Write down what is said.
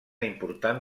important